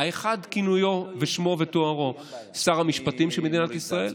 אחד כינויו ושמו ותוארו שר המשפטים של מדינת ישראל,